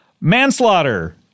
manslaughter